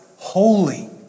Holy